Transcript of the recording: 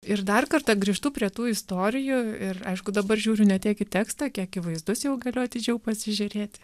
ir dar kartą grįžtu prie tų istorijų ir aišku dabar žiūriu ne tiek į tekstą kiek į vaizdus jau galiu atidžiau pasižiūrėti